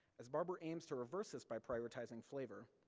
as barber aims to reverse this by prioritizing flavor,